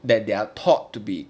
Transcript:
that they're taught to be